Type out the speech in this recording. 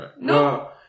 No